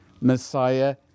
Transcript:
Messiah